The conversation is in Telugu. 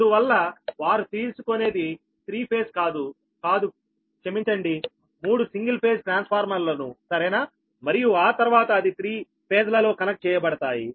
అందువల్ల వారు తీసుకునేది త్రీ ఫేజ్ కాదు కాదు క్షమించండిమూడు సింగిల్ ఫేజ్ ట్రాన్స్ఫార్మర్లను సరేనా మరియు ఆ తర్వాత అది త్రీ ఫేజ్లలో కనెక్ట్ చేయబడతాయి